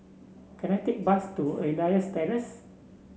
can I take a bus to Elias Terrace